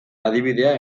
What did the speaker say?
adibidea